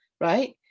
right